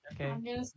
Okay